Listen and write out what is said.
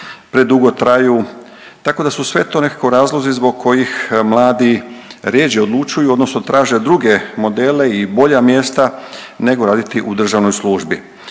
predugo traju. Tako da su sve to nekako razlozi zbog kojih mladi rjeđe odlučuju odnosno traže druge modele i bolja mjesta nego raditi u državnoj službi.